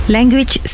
Language